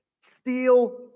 steel